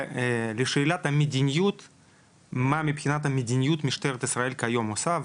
לגבי השאלה מבחינת המדיניות מה משטרת ישראל עושה כיום,